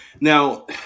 Now